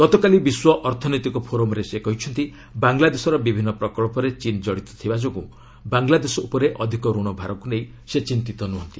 ଗତକାଲି ବିଶ୍ୱ ଅର୍ଥନୈତିକ ଫୋରମ୍ରେ ସେ କହିଛନ୍ତି ବାଂଲାଦେଶର ବିଭିନ୍ନ ପ୍ରକଳ୍ପରେ ଚୀନ୍ କଡ଼ିତ ଥିବା ଯୋଗୁଁ ବାଂଲାଦେଶ ଉପରେ ଅଧିକ ଋଣଭାରକୁ ନେଇ ସେ ଚିନ୍ତିତ ନୁହନ୍ତି